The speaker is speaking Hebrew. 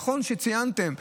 ונכון ציינתם,